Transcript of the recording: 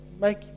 make